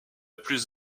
plus